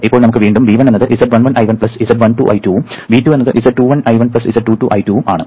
ഇപ്പോൾ വീണ്ടും നമുക്ക് V1 എന്നത് z11 I1 z12 I2 ഉം V2 എന്നത് z21 I1 Z22 I2 ഉം ആണ്